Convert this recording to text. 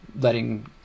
letting